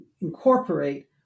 incorporate